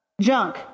junk